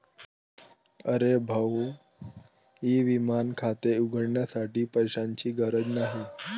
अरे भाऊ ई विमा खाते उघडण्यासाठी पैशांची गरज नाही